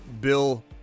Bill